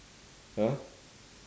!huh!